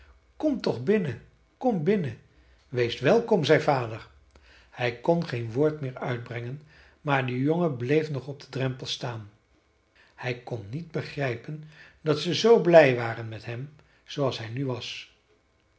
kom toch binnen kom binnen wees welkom zei vader hij kon geen woord meer uitbrengen maar de jongen bleef nog op den drempel staan hij kon niet begrijpen dat ze zoo blij waren met hem zooals hij nu was